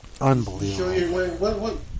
Unbelievable